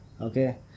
okay